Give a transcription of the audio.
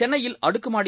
சென்னையில் அடுக்குமாடி